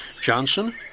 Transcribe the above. Johnson